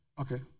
Okay